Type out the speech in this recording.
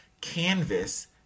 canvas